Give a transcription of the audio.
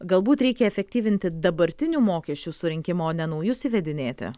galbūt reikia efektyvinti dabartinių mokesčių surinkimą o ne naujus įvedinėti